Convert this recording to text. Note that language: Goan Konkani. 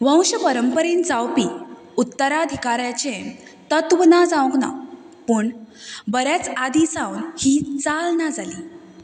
वंश परंपरेन जावपी उत्तराधिकाऱ्याचें तत्व ना जावंक ना पूण बऱ्याच आदीं सावन ही चाल ना जाली